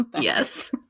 Yes